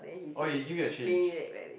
oh he give you the change